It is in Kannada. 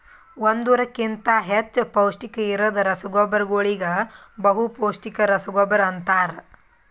ಒಂದುರ್ ಕಿಂತಾ ಹೆಚ್ಚ ಪೌಷ್ಟಿಕ ಇರದ್ ರಸಗೊಬ್ಬರಗೋಳಿಗ ಬಹುಪೌಸ್ಟಿಕ ರಸಗೊಬ್ಬರ ಅಂತಾರ್